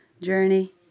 journey